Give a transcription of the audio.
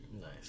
Nice